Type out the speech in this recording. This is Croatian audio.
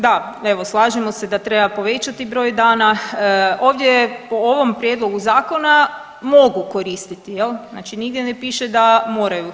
Da, evo, slažemo se da treba povećati broj dana, ovdje u ovom Prijedlogu zakona mogu koristiti, je l', znači nigdje ne piše da moraju.